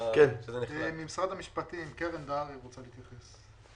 ממשרד המשפטים קרן דהרי רוצה להתייחס.